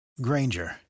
Granger